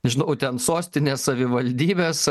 nežinau ten sostinės savivaldybės